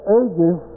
ages